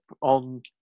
on